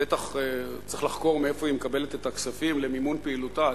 בטח צריך לחקור מאיפה היא מקבלת הכספים למימון פעילותה.